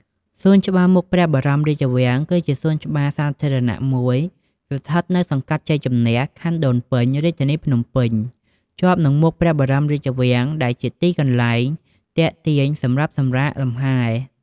សួនច្បារមុខព្រះបរមរាជវាំង គឺជាសួនច្បារសាធារណៈមួយស្ថិតនៅសង្កាត់ជ័យជំនះ ខណ្ឌដូនពេញ រាជធានីភ្នំពេញ ជាប់នឹងមុខព្រះបរមរាជវាំង ដែលជាទីកន្លែងទាក់ទាញសម្រាប់ សម្រាកលំហែ។